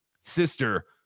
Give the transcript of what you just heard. sister